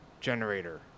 Generator